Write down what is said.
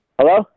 Hello